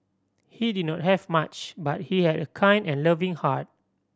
he did not have much but he had a kind and loving heart